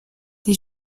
des